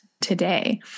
today